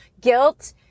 guilt